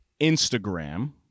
Instagram